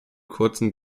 kurzen